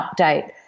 update